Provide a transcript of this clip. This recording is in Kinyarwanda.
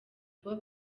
kuba